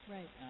Right